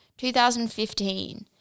2015